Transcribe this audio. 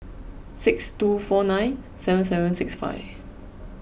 six two four nine seven seven six five